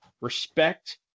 respect